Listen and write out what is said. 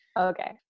Okay